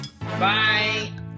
Bye